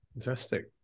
Fantastic